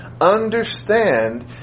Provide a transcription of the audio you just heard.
understand